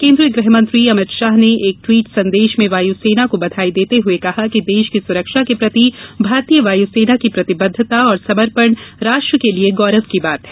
केन्द्रीय गृहमंत्री अभित शाह ने एक ट्वीट संदेश में वायू सेना को बधाई देते हुए कहा कि देश की सुरक्षा के प्रति भारतीय वायुसेना की प्रतिबद्धता और समर्पण राष्ट्र के लिये गौरव की बात है